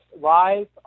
live